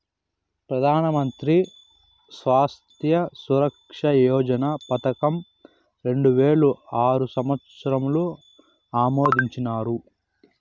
పెదానమంత్రి స్వాస్త్య సురక్ష యోజన పదకం రెండువేల ఆరు సంవత్సరంల ఆమోదించినారు